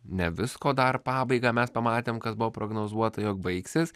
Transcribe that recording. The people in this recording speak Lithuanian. ne visko dar pabaigą mes pamatėm kad buvo prognozuota jog baigsis